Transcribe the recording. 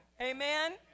Amen